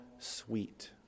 sweet